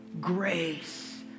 grace